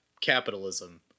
capitalism